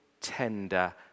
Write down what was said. tender